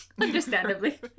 Understandably